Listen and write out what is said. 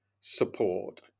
support